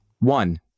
One